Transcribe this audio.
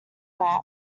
that